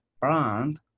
brand